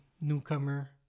newcomer